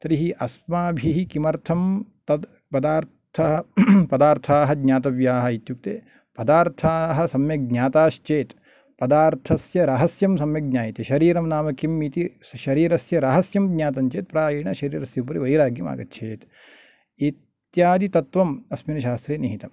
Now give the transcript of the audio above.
तर्हि अस्माभिः किमर्थं तद् पदार्थाः पदार्थाः ज्ञातव्याः इत्युक्ते पदार्थाः सम्यक् ज्ञाताश्चेत् पदार्थस्य रहस्यं सम्यक् ज्ञायते शरीरं नाम किम् इति शरीरस्य रहस्यं ज्ञातं चेत् प्रायेण शरीरस्य उपरि वैराग्यम् आगच्छेत् इत्यादि तत्त्वम् अस्मिन् शास्त्रे निहितम्